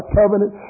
covenant